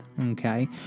okay